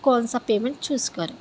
کون سا payment choose کریں